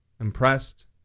impressed